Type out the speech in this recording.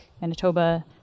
Manitoba